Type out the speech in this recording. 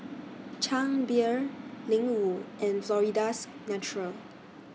Chang Beer Ling Wu and Florida's Natural